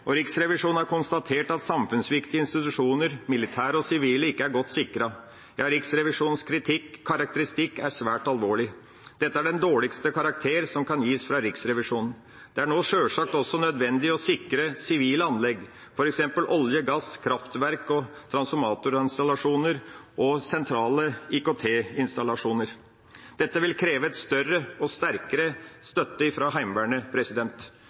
og Riksrevisjonen har konstatert at samfunnsviktige institusjoner, militære og sivile, ikke er godt sikret. Ja, Riksrevisjonens karakteristikk er «svært alvorlig». Dette er den dårligste karakter som kan gis fra Riksrevisjonen. Det er nå sjølsagt også nødvendig å sikre sivile anlegg, f.eks. innen olje, gass, kraftverk og transformatorinstallasjoner og sentrale IKT-installasjoner. Dette vil kreve en større og sterkere støtte fra Heimevernet.